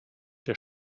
der